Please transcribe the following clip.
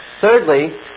Thirdly